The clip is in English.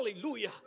hallelujah